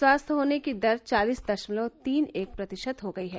स्वस्थ होने की दर चालीस दशमलव तीन एक प्रतिशत हो गई है